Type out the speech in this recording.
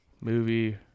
Movie